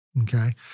Okay